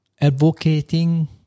advocating